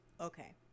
Okay